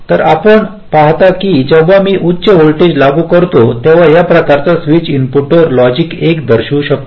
तर आपण पाहता की जेव्हा मी उच्च व्होल्टेज लागू करतो तेव्हा या प्रकारचा स्विच इनपुटवर लॉजिक 1 दर्शवू शकतो